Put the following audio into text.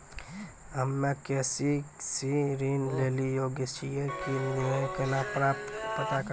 हम्मे के.सी.सी ऋण लेली योग्य छियै की नैय केना पता करबै?